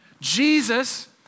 Jesus